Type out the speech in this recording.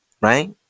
right